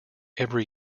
every